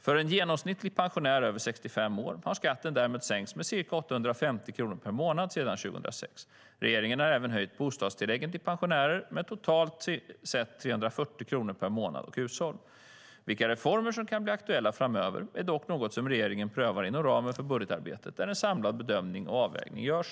För en genomsnittlig pensionär över 65 år har skatten därmed sänkts med ca 850 kronor per månad sedan 2006. Regeringen har även höjt bostadstilläggen till pensionärer med totalt sett 340 kronor per månad och hushåll. Vilka reformer som kan bli aktuella framöver är dock något som regeringen prövar inom ramen för budgetarbetet, där en samlad bedömning och avvägning görs.